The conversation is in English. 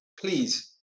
please